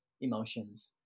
emotions